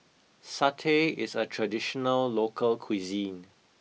Satay is a traditional local cuisine